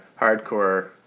hardcore